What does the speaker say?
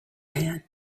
man